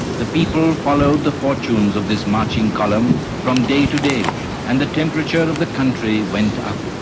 the people followed the fortunes of this marching column from day to day and the temperature of the country went up.